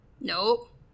Nope